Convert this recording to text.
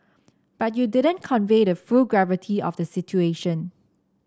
but you didn't convey the full gravity of the situation